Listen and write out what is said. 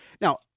Now